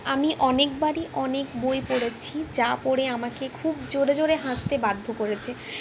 আমি অনেক বারই অনেক বই পড়েছি যা পড়ে আমাকে খুব জোরে জোরে হাসতে বাধ্য করেছে